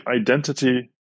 identity